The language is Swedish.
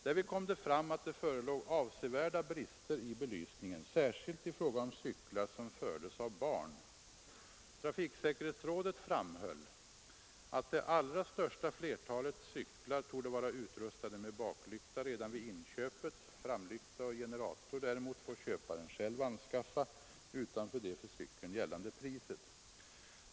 Därvid kom det fram att det förelåg avsevärda brister i belysningen, särskilt i fråga om cyklar som fördes av barn. Trafiksäkerhetsrådet Nr 83 framhöll att det allra största flertalet cyklar torde vara utrustade med Torsdagen den baklykta redan vid inköpet. Framlykta och generator däremot får 16 maj 1974 köparen själv anskaffa utanför det för cykeln gällande priset.